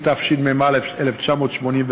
התשמ"א 1981,